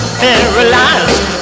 paralyzed